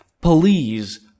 please